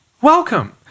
Welcome